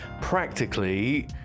practically